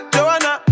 Joanna